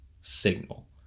signal